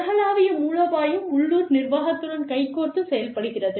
உலகளாவிய மூலோபாயம் உள்ளூர் நிர்வாகத்துடன் கைகோர்த்துச் செயல்படுகிறது